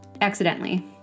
accidentally